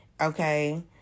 okay